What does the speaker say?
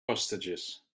hostages